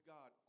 God